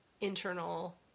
internal